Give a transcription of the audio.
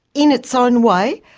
in its own way,